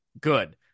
good